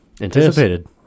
anticipated